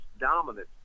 dominant